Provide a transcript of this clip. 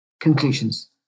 conclusions